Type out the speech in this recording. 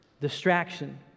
Distraction